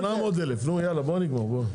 בסדר 800 אלף יאללה בואו נגמור.